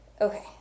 Okay